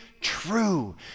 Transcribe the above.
true